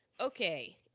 Okay